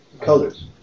colors